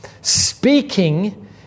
Speaking